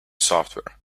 software